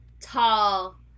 tall